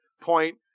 point